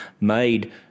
made